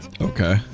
Okay